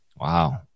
Wow